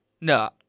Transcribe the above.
No